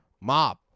mob